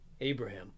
Abraham